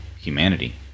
humanity